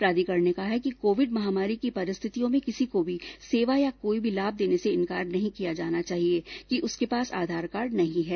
प्राधिकरण ने कहा है कि कोविड महामारी की परिस्थितियों में किसी को भी सेवा या कोई भी लाभ देने से इसलिए इंकार नहीं किया जाना चाहिए कि उसके पास आधार कार्ड नहीं है